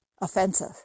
offensive